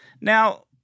Now